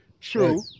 True